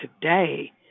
today